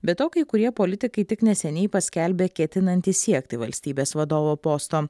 be to kai kurie politikai tik neseniai paskelbė ketinantys siekti valstybės vadovo posto